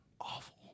awful